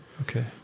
Okay